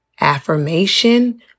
affirmation